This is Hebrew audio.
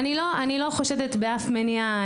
אני לא חושדת באף מניע.